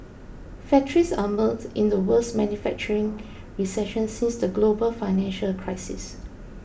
factories are mired in the worst manufacturing recession since the global financial crisis